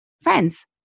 Friends